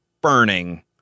Burning